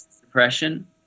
depression